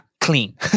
clean